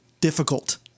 difficult